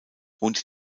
und